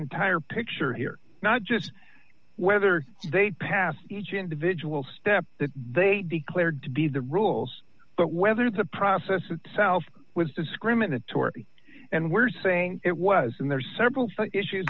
entire picture here not just whether they passed each individual step that they declared to be the rules but whether the process itself was discriminatory and we're saying it was and there are several issues